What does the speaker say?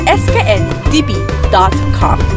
skndb.com